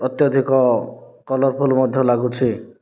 ଅତ୍ୟାଧିକ କଲରଫୁଲ୍ ମଧ୍ୟ ଲାଗୁଛି